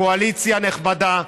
קואליציה נכבדה,